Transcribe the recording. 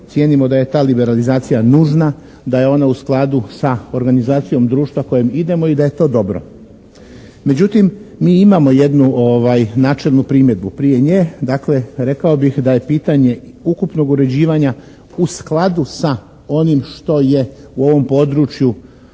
cijenimo da je ta liberalizacija nužna, da je ona u skladu sa organizacijom društva kojem idemo i da je to dobro. Međutim, mi imamo jednu načelnu primjedbu. Prije nje dakle rekao bih da je pitanje i ukupnog uređivanja u skladu s onim što je u ovom području